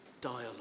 dialogue